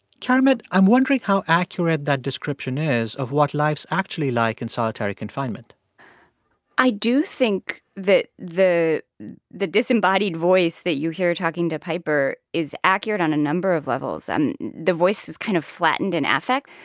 keramet, i'm wondering how accurate that description is of what life's actually like in solitary confinement i do think that the the disembodied voice that you hear talking to piper is accurate on a number of levels. and the voice is kind of flattened in effect.